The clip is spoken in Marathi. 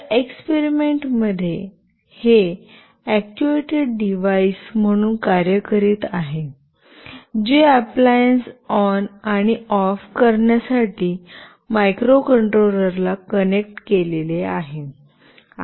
या एक्सपेरिमेंटमध्ये हे अक्चुएटेड डिव्हाइस म्हणून कार्य करीत आहेजे अप्लायन्स ऑन आणि ऑफ करण्यासाठी मायक्रोकंट्रोलरला कनेक्ट केलेले आहे